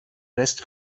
rest